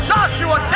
Joshua